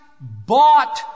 bought